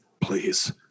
please